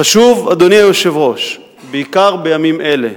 חשוב, אדוני היושב-ראש, בעיקר בימים אלה,